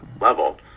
level